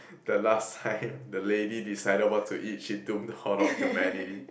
the last time the lady decided what to eat she took down all of humanity